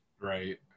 Right